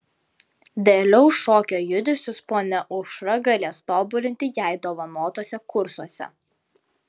vėliau šokio judesius ponia aušra galės tobulinti jai dovanotuose kursuose